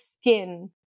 skin